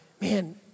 man